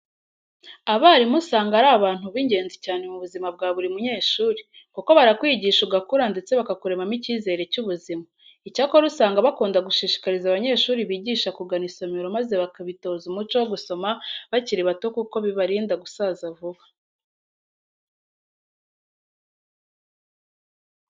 Abarimu usanga ari abantu b'ingenzi cyane mu buzima bwa buri munyeshuri. Kuko barakwigisha ugakura ndetse bakuremamo icyizere cy'ubuzima. Icyakora usanga bakunda gushishikariza abanyeshuri bigisha kugana isomero maze bakitoza umuco wo gusoma bakiri bato kuko bibarinda gusaza vuba.